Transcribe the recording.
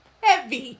Heavy